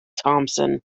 thompson